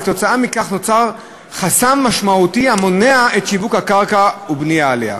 וכתוצאה מכך נוצר חסם משמעותי המונע את שיווק הקרקע ובנייה עליה.